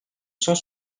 cent